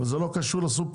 אבל זה לא קשור לסופרים,